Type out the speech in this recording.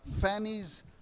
Fanny's